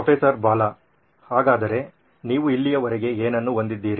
professor Bala ಹಾಗಾದರೆ ನೀವು ಇಲ್ಲಿಯವರೆಗೆ ಏನನ್ನು ಹೊಂದಿದ್ದೀರಿ